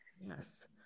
Yes